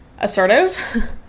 assertive